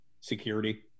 security